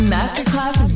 Masterclass